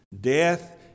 death